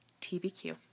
TBQ